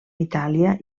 itàlia